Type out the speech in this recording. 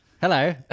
Hello